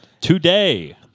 today